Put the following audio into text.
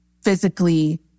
physically